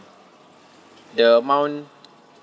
the amount